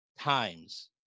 times